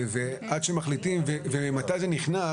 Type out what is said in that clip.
עד שמחליטים ומתי זה נכנס